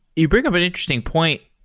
you bring up an interesting point,